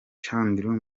chandiru